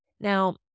Now